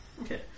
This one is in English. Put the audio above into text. okay